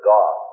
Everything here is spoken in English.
God